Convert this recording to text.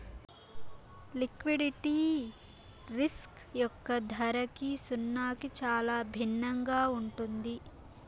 liquidity risk యొక్క ధరకి సున్నాకి చాలా భిన్నంగా ఉంటుంది